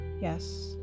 yes